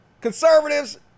conservatives